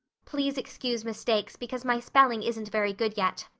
please excuse mistakes because my spelling isn't very good yet,